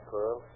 Pearl